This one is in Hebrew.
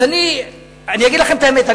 אז אני אגיד לכם את האמת,